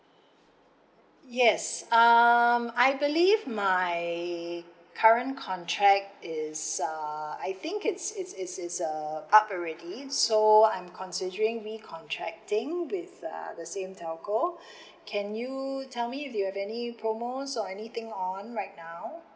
yes um I believe my current contract is uh I think it's it's it's it's uh up already so I'm considering recontracting with uh the same telco can you tell me if you have any promos or anything on right now